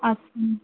अच्